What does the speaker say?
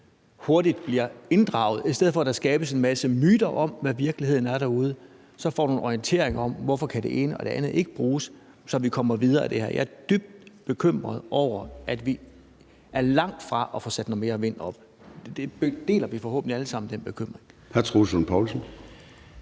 hurtigt bliver inddraget, så vi i stedet for at der skabes en masse myter om, hvad virkeligheden er derude, får en orientering om, hvorfor det ene og det andet ikke kan bruges, så vi kommer videre i det her. Jeg er dybt bekymret over, at vi er langt fra at få sat nogle flere vindmøller op, og den bekymring deler vi forhåbentlig alle sammen. Kl.